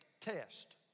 test